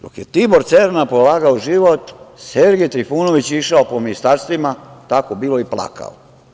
Dok je Tibor Cerna polagao život Sergej Trifunović je išao po ministarstvima i plakao.